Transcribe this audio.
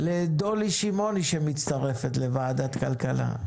לדולי שמעוני שמצטרפת לוועדת כלכלה.